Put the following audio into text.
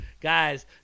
Guys